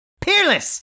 Peerless